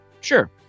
Sure